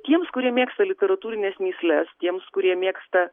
tiems kurie mėgsta literatūrines mįsles tiems kurie mėgsta